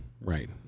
right